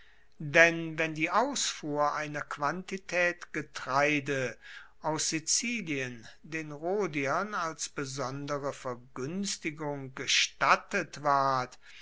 denn wenn die ausfuhr einer quantitaet getreide aus sizilien den rhodiern als besondere verguenstigung gestattet ward